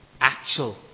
actual